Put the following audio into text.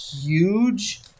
huge